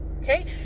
Okay